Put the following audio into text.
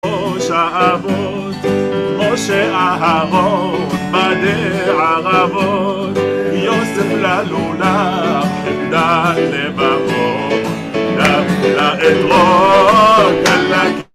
ראש האבות, ראשי ההרות, מדעי ערבות, יוסף ללולה, דן לבחור, דן לאלרוע, דן להגיע.